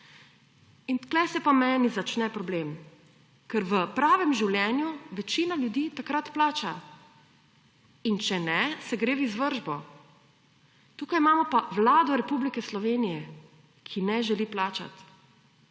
In tu se pa meni začne problem, ker v pravem življenju, večina ljudi takrat plača in če ne, se gre v izvršbo. Tukaj imamo pa Vlado Republike Slovenije, ki ne želi plačat